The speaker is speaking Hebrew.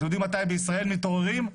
אתם יודעים מתי מתעוררים במדינת ישראל?